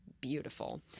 beautiful